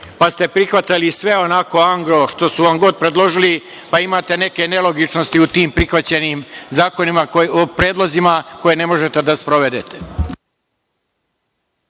pa ste prihvatili sve onako, šta su vam sve god predložili, pa imate neke nelogičnosti u tim prihvaćenim predlozima koje ne možete da sprovedete.